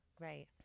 right